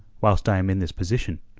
whilst i am in this position?